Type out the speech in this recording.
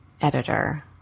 editor